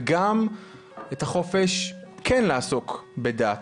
וגם את החופש כן לעסוק בדת.